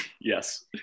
Yes